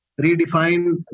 redefine